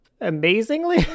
amazingly